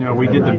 yeah we did the